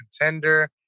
contender